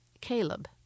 Caleb